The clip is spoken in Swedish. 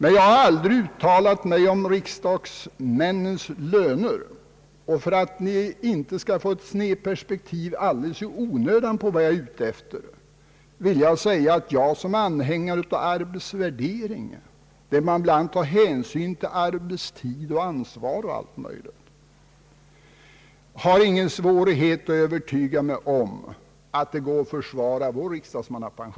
Men jag har aldrig uttalat mig om riksdagsmännens löner, och för att ni inte skall få ett snedperspektiv alldeles i onödan i fråga om vad jag är ute efter vill jag säga att jag — som är anhängare av arbetsvärdering, vid vilken hänsyn tas till arbetstid, ansvar osv. — är övertygad om att det går att försvara vår riksdagsmannalön.